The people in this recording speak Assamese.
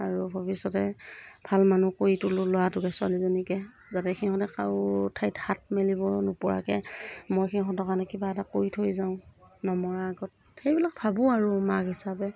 আৰু ভৱিষ্যতে ভাল মানুহ কৰি তোলো ল'ৰাটোকে ছোৱালীজনীকে যাতে সিহঁতে কাৰো ঠাইত হাত মেলিব নোপোৱাকৈ মই সিহঁতৰ কাৰণে কিবা এটা কৰি থৈ যাওঁ নমৰাৰ আগত সেইবিলাক ভাবোঁ আৰু মাক হিচাবে